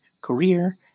career